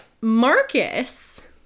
Marcus